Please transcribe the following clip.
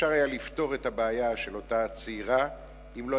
אפשר היה לפתור את הבעיה של אותה צעירה אם לא